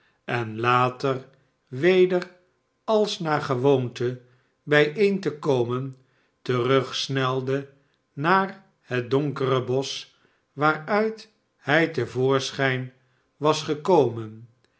en later weder als naargewoonte bijeen te komen terugsnelde naar het donkere bosch waaruithij te voorschijn was gekomen